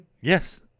Yes